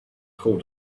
called